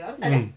mm